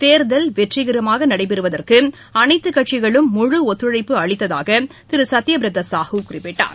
தேர்தல் வெற்றிகரமாக நடைபெறுவதற்கு அனைத்து கட்சிகளும் முழு ஒத்துழைப்பு அளித்ததாக திரு சத்ய பிரதா சாஹூ குறிப்பிட்டார்